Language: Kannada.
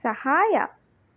ಸಹಾಯ